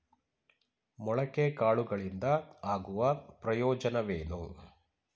ಮೊಳಕೆ ಕಾಳುಗಳಿಂದ ಆಗುವ ಪ್ರಯೋಜನವೇನು?